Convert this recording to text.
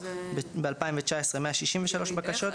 ב-2019 163 בקשות.